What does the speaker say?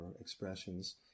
expressions